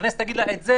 הכנסת תגיד לה: את זה,